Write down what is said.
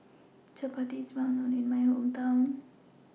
Chapati IS Well known in My Hometown